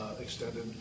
extended